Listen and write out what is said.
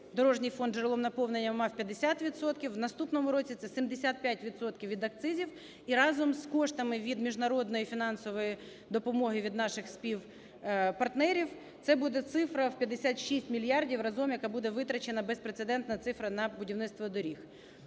дорожній фонд джерелом наповнення мав 50 відсотків, у наступному році це 75 відсотків від акцизів. І разом з коштами від міжнародної фінансової допомоги, від наших співпартнерів це буде цифра в 56 мільярдів разом, яка буде витрачена, безпрецедентна цифра, на будівництво доріг.